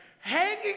hanging